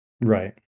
Right